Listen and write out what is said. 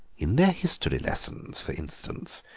in their history lessons, for instance,